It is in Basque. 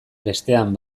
bestean